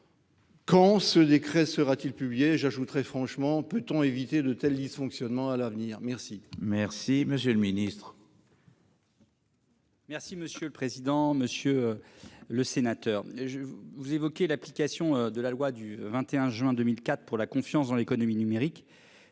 Quand ce décret sera-t-il publié j'ajouterais franchement, peut-on éviter de tels dysfonctionnements à l'avenir merci. Merci, monsieur le Ministre. Merci monsieur le président, monsieur le sénateur, je vous évoquez l'application de la loi du 21 juin 2004 pour la confiance dans l'économie numérique,